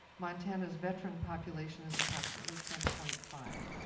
montana's veteran population is approximately ten point five.